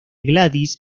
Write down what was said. gladys